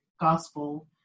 gospel